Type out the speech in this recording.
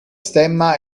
stemma